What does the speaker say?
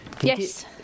yes